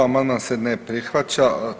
Amandman se ne prihvaća.